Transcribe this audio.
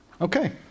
Okay